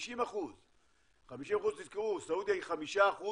50%. תזכרו, סעודיה היא 5%